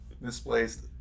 misplaced